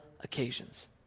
occasions